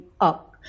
up